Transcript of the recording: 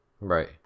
Right